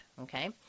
Okay